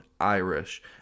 irish